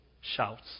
shouts